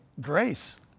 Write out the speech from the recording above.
grace